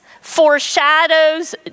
foreshadows